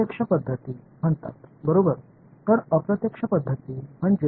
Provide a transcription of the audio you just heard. இரண்டாவது மறைமுக முறைகள் என்று அழைக்கப்படுகின்றன